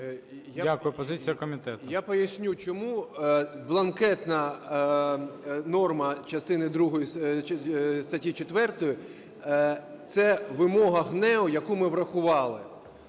Я поясню чому. Бланкетна норма частини другої статті 4 – це вимога ГНЕУ, яку ми врахували.